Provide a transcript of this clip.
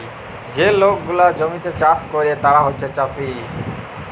যে লক গুলা জমিতে চাষ ক্যরে তারা হছে চাষী